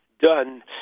done